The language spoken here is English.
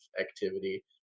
activity